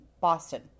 Boston